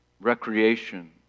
recreation